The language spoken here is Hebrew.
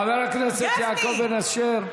חבר הכנסת יעקב אשר.